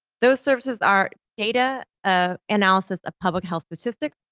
those services are data ah analysis of public health assistance,